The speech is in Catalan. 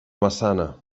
massana